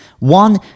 one